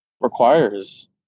requires